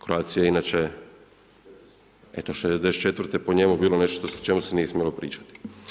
Croatia je inače, eto '64. je po njemu bilo nešto o čemu se nije smjelo pričati.